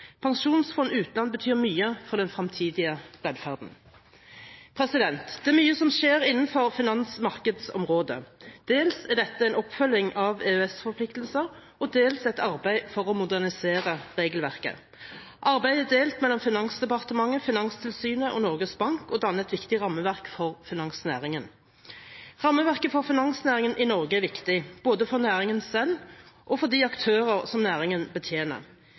pensjonsfond utland betyr mye for den fremtidige velferden. Det er mye som skjer innenfor finansmarkedsområdet. Dels er dette en oppfølging av EØS-forpliktelser, og dels er det et arbeid for å modernisere regelverket. Arbeidet er delt mellom Finansdepartementet, Finanstilsynet og Norges Bank og danner et viktig rammeverk for finansnæringen. Rammeverket for finansnæringen i Norge er viktig, for både næringen selv og de aktører næringen betjener.